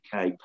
UK